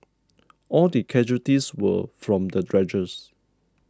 all the casualties were from the dredger